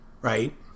Right